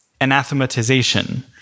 anathematization